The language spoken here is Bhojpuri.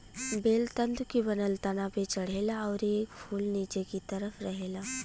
बेल तंतु के बनल तना पे चढ़ेला अउरी एकर फूल निचे की तरफ रहेला